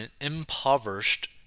impoverished